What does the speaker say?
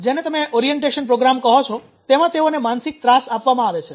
જેને તમે orientation program કહો છો તેમાં તેઓને માનસિક ત્રાસ આપવામાં આવે છે